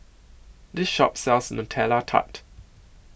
This Shop sells Nutella Tart